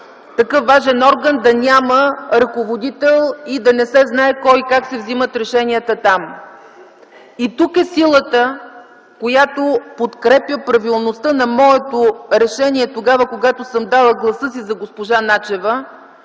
такъв важен орган да няма ръководител и да не се знае от кой и как се вземат решенията там. И тук е силата, която подкрепя правилността на моето решение, когато давах гласа си за госпожа Начева.